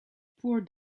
poor